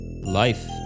Life